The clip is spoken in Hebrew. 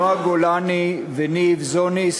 נועה גולני וניב זוניס,